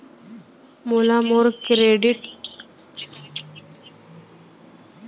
मोला मोर credit card के पिछला तीन महीना के विवरण कहाँ ले अऊ कइसे मिलही?